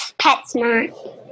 PetSmart